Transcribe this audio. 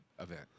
event